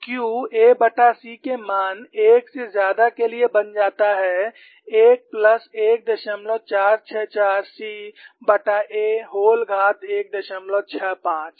और Q ac के मान 1 से ज्यादा के लिए बन जाता है 1 प्लस 1464 ca व्होल घात 165